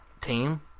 team